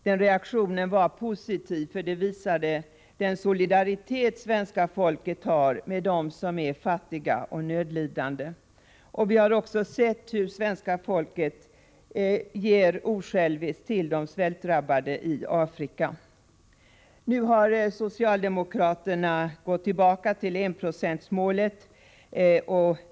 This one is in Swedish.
Den reaktionen var positiv, eftersom den visade svenska folkets solidaritet med de fattiga och nödlidande. Vi har också sett hur svenska folket ger osjälviskt till de svältdrabbade i Afrika. Nu har socialdemokraterna återgått till enprocentsmålet.